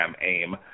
AIM